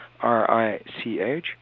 R-I-C-H